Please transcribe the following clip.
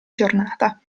giornata